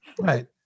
Right